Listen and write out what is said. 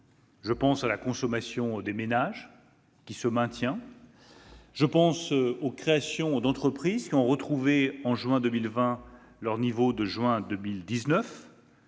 Je pense à la consommation des ménages, qui se maintient. Je pense aussi aux créations d'entreprise, qui ont retrouvé en juin 2020 leur niveau de juin 2019.